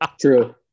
True